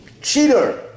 cheater